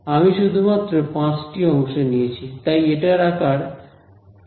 আমি শুধুমাত্র 5 টি অংশ নিয়েছি তাই এটার আকার 5 × 5 হবে